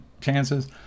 chances